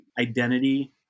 identity